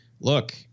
look